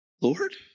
Lord